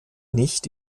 nicht